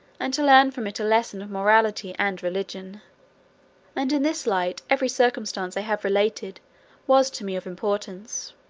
and to learn from it a lesson of morality and religion and in this light every circumstance i have related was to me of importance.